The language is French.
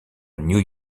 new